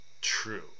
true